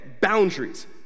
boundaries